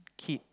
kid